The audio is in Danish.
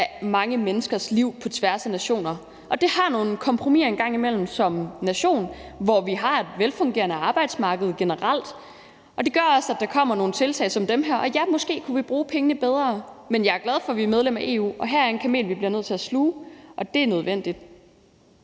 af mange menneskers liv på tværs af nationer, og det gør en gang imellem, at vi som nation må gå på kompromis, selv om vi generelt har et velfungerende arbejdsmarked, og det gør også, at der kommer nogle tiltag som dem her. Og ja, måske kunne vi bruge pengene bedre, men jeg er glad for, at vi er medlem af EU, og her er en kamel, vi bliver nødt til at sluge; det er nødvendigt.